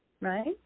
right